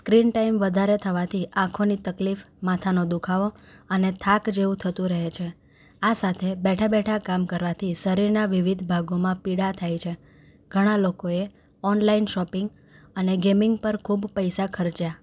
screen time વધારે થવાથી આંખોની તકલીફ માથાનો દુઃખાવો અને થાક જેવું થતું રહે છે આ સાથે બેઠાં બેઠાં કામ કરવાથી શરીરના વિવિધ ભાગોમાં પીડા થાય છે ઘણાં લોકોએ ઓનલાઈન શોપિંગ અને ગેમિંગ પર ખૂબ પૈસા ખર્ચ્યા